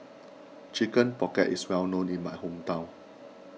Chicken Pocket is well known in my hometown